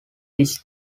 this